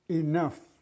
enough